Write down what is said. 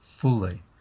fully